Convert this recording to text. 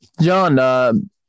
John